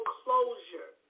closure